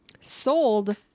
sold